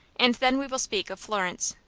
and then we will speak of florence.